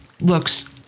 looks